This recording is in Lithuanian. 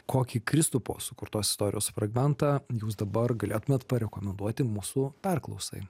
kokį kristupo sukurtos istorijos fragmentą jūs dabar galėtumėt parekomenduoti mūsų perklausai